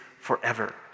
forever